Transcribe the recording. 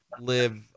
live